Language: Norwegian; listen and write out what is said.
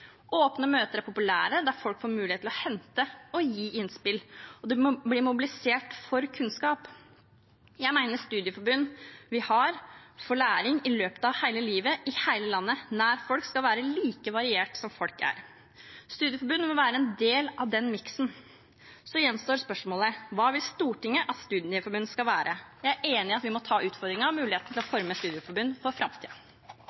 Åpne møter er populære. Der får folk mulighet til å hente og gi innspill, og det blir mobilisert for kunnskap. Jeg mener tilbudet vi har om læring – i løpet av hele livet, i hele landet, nær folk – skal være like variert som folk er. Studieforbund må være en del av den miksen. Så gjenstår spørsmålet: Hva vil Stortinget at studieforbund skal være? Jeg er enig i at vi må ta utfordringen og muligheten til å